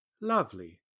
Lovely